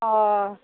अह